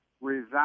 resign